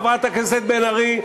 חברת הכנסת בן ארי,